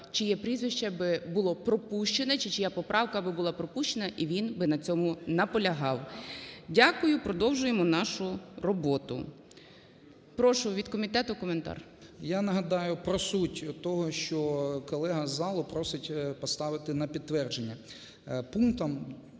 чиє прізвище було б пропущене, чи чия поправка би була пропущена, і він би на цьому наполягав. Дякую, продовжуємо нашу роботу. Прошу, від комітету коментар. 12:56:44 РІЗАНЕНКО П.О. Я нагадаю про суть того, що колега з залу просить поставити на підтвердження. Пунктом,